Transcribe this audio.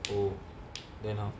oh then how